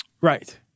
Right